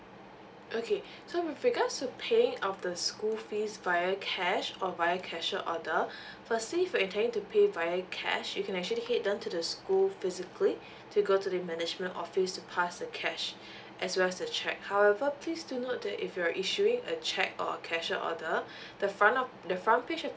okay so with regards to paying off the school fees via cash or via cashier order firstly if you're intending to pay via cash you can actually head down to the school physically to go to the management office to pass the cash as well as the cheque however please do note that if you're issuing a cheque or cashier order the front of the front page of